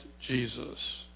Jesus